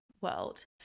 world